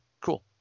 Cool